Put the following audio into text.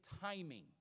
timing